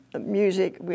music